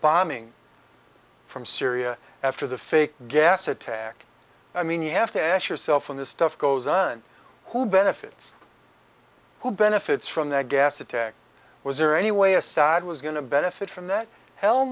bombing from syria after the fake gas attack i mean you have to ask yourself when this stuff goes on who benefits who benefits from that gas attack was there any way assad was going to benefit from that hell